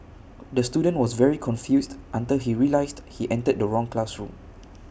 the student was very confused until he realised he entered the wrong classroom